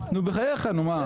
נו בחייך, נו מה?